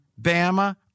Bama